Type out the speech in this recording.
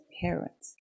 parents